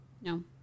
No